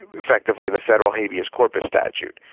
effectively the federal habeas corpus statute.